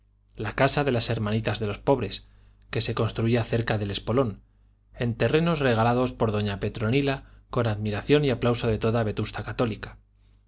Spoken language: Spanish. la casa de las hermanitas de los pobres que se construía cerca del espolón en terrenos regalados por doña petronila con admiración y aplauso de toda vetusta católica